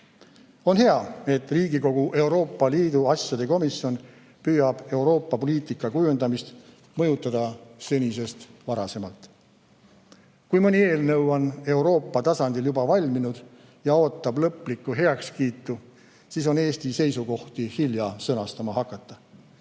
On hea, et Riigikogu Euroopa Liidu asjade komisjon püüab Euroopa poliitika kujundamist mõjutada senisest varasemalt. Kui mõni eelnõu on Euroopa tasandil juba valminud ja ootab lõplikku heakskiitu, siis on Eesti seisukohti hilja sõnastama hakata.